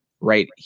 right